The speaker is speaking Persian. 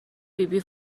فیبی